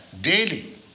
daily